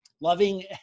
loving